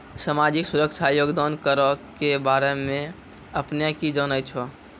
समाजिक सुरक्षा योगदान करो के बारे मे अपने कि जानै छो?